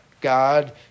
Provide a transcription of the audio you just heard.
God